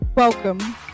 Welcome